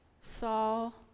Saul